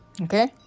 okay